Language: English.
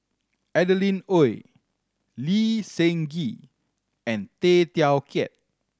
Adeline Ooi Lee Seng Gee and Tay Teow Kiat